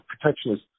protectionist